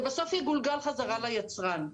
וזה בסוף יגולגל בחזרה ליצרן.